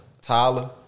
Tyler